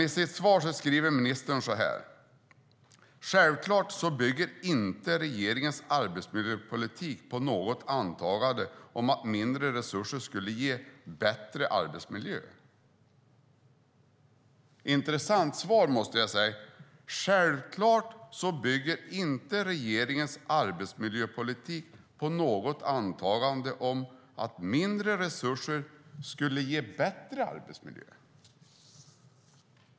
I sitt svar säger ministern så här: "Självklart bygger inte regeringens arbetsmiljöpolitik på något antagande om att mindre resurser skulle ge bättre arbetsmiljö." Det är ett intressant svar, måste jag säga - "självklart bygger inte regeringens arbetsmiljöpolitik på något antagande om att mindre resurser skulle ge bättre arbetsmiljö".